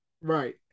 Right